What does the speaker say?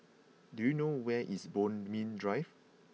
do you know where is Bodmin Drive